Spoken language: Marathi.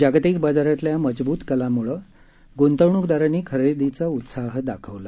जागतिक बाजारातल्या मजबूत कलामुळे ग्रंतवूकदारांनी खरेदीची उत्साह दाखवला